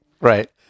Right